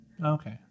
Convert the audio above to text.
Okay